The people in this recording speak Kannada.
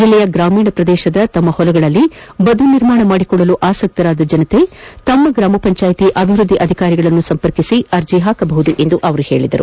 ಜಿಲ್ಲೆಯ ಗ್ರಾಮೀಣ ಪ್ರದೇಶದ ತಮ್ಮ ಹೊಲಗಳಲ್ಲಿ ಬದು ನಿರ್ಮಾಣ ಮಾಡಿಕೊಳ್ಳಲು ಆಸಕ್ತಿ ಹೊಂದಿದ ಜನರು ತಮ್ಮ ಗ್ರಾಮ ಪಂಚಾಯಿತಿ ಅಭಿವೃದ್ದಿ ಅಧಿಕಾರಿಗಳನ್ನು ಸಂಪರ್ಕಿಸಿ ಅರ್ಜಿ ಸಲ್ಲಿಸಬಹುದು ಎಂದು ಅವರು ಹೇಳಿದ್ದಾರೆ